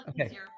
okay